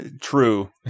True